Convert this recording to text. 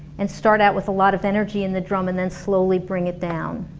and start out with a lot of energy in the drum and and slowly bring it down